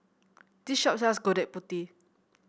this shop sells Gudeg Putih